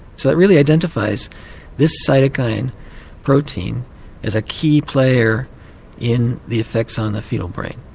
so that really identifies this cytokine protein as a key player in the effects on the foetal brain.